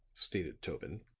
stated tobin,